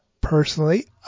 personally